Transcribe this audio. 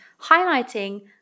highlighting